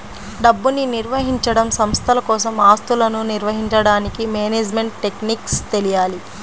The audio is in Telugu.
డబ్బుని నిర్వహించడం, సంస్థల కోసం ఆస్తులను నిర్వహించడానికి మేనేజ్మెంట్ టెక్నిక్స్ తెలియాలి